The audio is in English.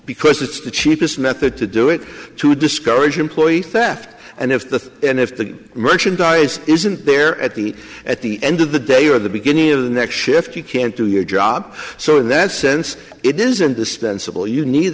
because it's the cheapest method to do it to discourage employee theft and if the end if the merchandise isn't there at the at the end of the day or the beginning of the next shift you can't do your job so in that sense it isn't dispensable